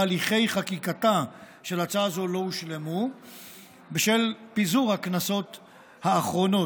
והליכי חקיקתה של הצעה זו לא הושלמו בשל פיזור הכנסות האחרונות,